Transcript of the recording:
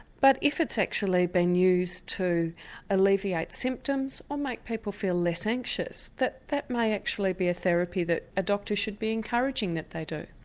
but if it's actually being used to alleviate symptoms, or make people feel less anxious, that that actually be a therapy that a doctor should be encouraging that they do.